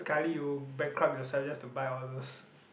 sekali bankrupt yourself just to buy all those